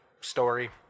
story